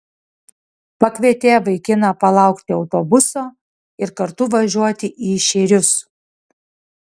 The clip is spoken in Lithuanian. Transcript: pakvietė vaikiną palaukti autobuso ir kartu važiuoti į šėrius